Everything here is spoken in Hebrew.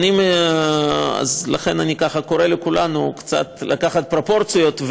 אז לכן אני קורא לכולנו קצת לקחת פרופורציות,